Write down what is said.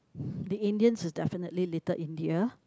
the Indians is definitely Little India